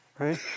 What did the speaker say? right